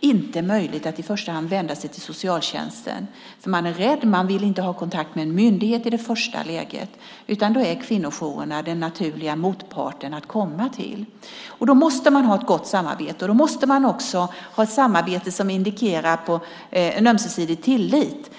inte möjligt att i första hand vända sig till socialtjänsten. Man är rädd, man vill inte ha kontakt med en myndighet i det första skedet. Då är kvinnojourerna den naturliga motparten att komma till. Då måste man ha ett gott samarbete, och då måste man också ha ett samarbete som indikerar en ömsesidig tillit.